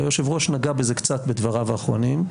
והיושב-ראש נגע בזה קצת בדבריו האחרונים,